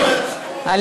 אני לא שומע.